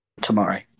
tomorrow